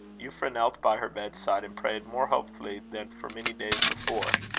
euphra knelt by her bedside, and prayed more hopefully than for many days before.